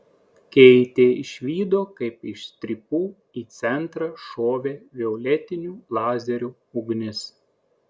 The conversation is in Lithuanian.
keitė išvydo kaip iš strypų į centrą šovė violetinių lazerių ugnis